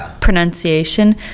pronunciation